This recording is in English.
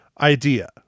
idea